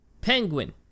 Penguin